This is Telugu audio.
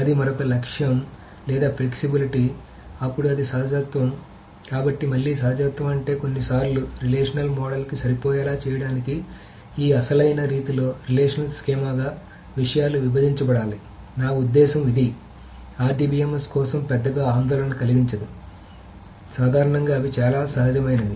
అది మరొక లక్ష్యం లేదా ఫ్లెక్సిబిలిటీ అప్పుడు అది సహజత్వం కాబట్టి మళ్లీ సహజత్వం అంటే కొన్నిసార్లు రిలేషనల్ మోడల్కి సరిపోయేలా చేయడానికి ఈ అసలైన రీతిలో రిలేషనల్ స్కీమాగా విషయాలు విభజించబడాలి నా ఉద్దేశ్యం ఇది RDBMS కోసం పెద్దగా ఆందోళన కలిగించదు సాధారణంగా అవి చాలా సహజమైనవి